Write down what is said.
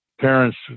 parents